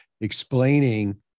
explaining